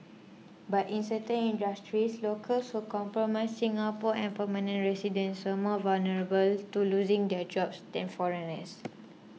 but in certain industries locals who comprise Singapore and permanent residents were more vulnerable to losing their jobs than foreigners